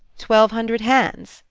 twelve hundred hands?